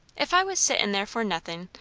if i was sittin' there for nothin',